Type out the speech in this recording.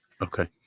Okay